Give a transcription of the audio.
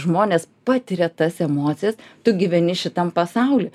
žmonės patiria tas emocijas tu gyveni šitam pasauly